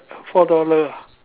four dollar ah